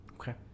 Okay